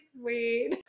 wait